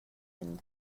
can